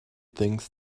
things